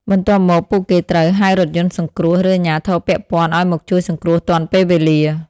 បន្ទាប់មក ពួកគេត្រូវ ហៅរថយន្តសង្គ្រោះ ឬអាជ្ញាធរពាក់ព័ន្ធ ឲ្យមកជួយសង្គ្រោះទាន់ពេលវេលា។